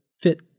fit